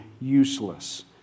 useless